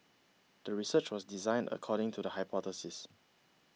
the research was designed according to the hypothesis